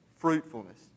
fruitfulness